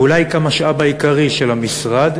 ואולי כמשאב העיקרי של המשרד?